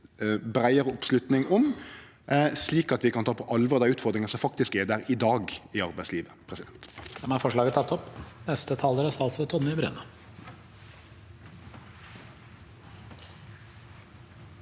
breiare oppslutning om dette, slik at vi kan ta på alvor dei utfordringane som faktisk er i arbeidslivet